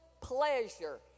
pleasure